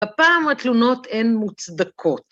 ‫הפעם התלונות הן מוצדקות.